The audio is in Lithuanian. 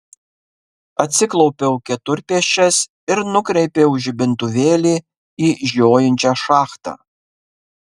atsiklaupiau keturpėsčias ir nukreipiau žibintuvėlį į žiojinčią šachtą